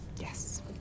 Yes